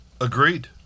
agreed